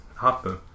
happen